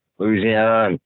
Louisiana